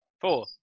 Four